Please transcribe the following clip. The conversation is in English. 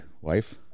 wife